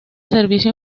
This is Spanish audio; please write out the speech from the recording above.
servicio